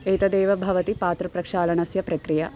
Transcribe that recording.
एतदेव भवति पात्रप्रक्षालनस्य प्रक्रिया